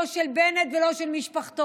לא של בנט ולא של משפחתו.